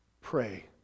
Pray